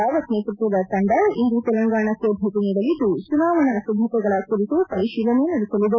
ರಾವತ್ ನೇತೃತ್ವದ ತಂಡ ಇಂದು ತೆಲಂಗಾಣಕ್ಕೆ ಭೇಟಿ ನೀಡಲಿದ್ದು ಚುನಾವಣೆ ಸಿದ್ದತೆಗಳ ಕುರಿತು ಪರಿಶೀಲನೆ ನಡೆಸಲಿದೆ